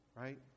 right